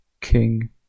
King